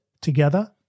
together